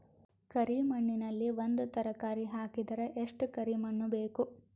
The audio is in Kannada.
ಕರಿ ಮಣ್ಣಿನಲ್ಲಿ ಒಂದ ತರಕಾರಿ ಹಾಕಿದರ ಎಷ್ಟ ಕರಿ ಮಣ್ಣು ಬೇಕು?